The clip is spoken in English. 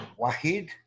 wahid